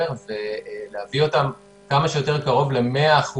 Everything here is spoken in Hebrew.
ולהביא אותם כמה שיותר קרוב ל-100%